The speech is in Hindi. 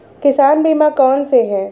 किसान बीमा कौनसे हैं?